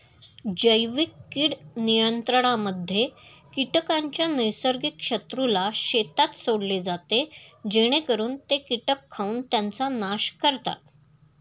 जैविक कीड नियंत्रणामध्ये कीटकांच्या नैसर्गिक शत्रूला शेतात सोडले जाते जेणेकरून ते कीटक खाऊन त्यांचा नाश करतात